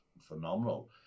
phenomenal